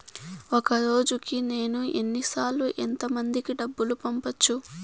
ఒక రోజుకి నేను ఎన్ని సార్లు ఎంత మందికి డబ్బులు పంపొచ్చు?